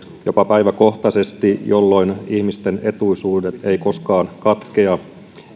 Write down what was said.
jopa päiväkohtaisesti jolloin ihmisten etuisuudet eivät koskaan katkea